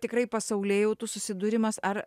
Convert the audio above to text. tikrai pasaulėjautų susidūrimas ar